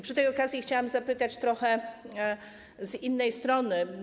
Przy tej okazji chciałam zapytać trochę z innej strony.